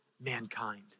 mankind